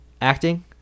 acting